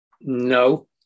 No